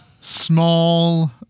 small